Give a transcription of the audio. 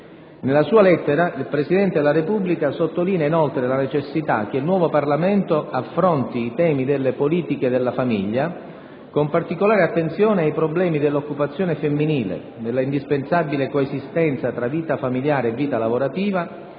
Nella sua lettera, il Presidente della Repubblica sottolinea inoltre la necessità che il nuovo Parlamento affronti i temi delle politiche della famiglia, con particolare attenzione ai problemi dell'occupazione femminile, della indispensabile coesistenza tra vita familiare e vita lavorativa,